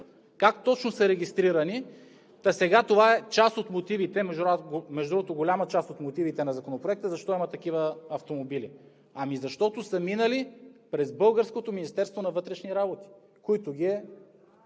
Как точно са регистрирани, та сега това е част от мотивите? Между другото, голяма част от мотивите на Законопроекта са защо има такива автомобили? Ами, защото са минали през българското Министерство на вътрешните работи, което ги е